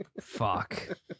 Fuck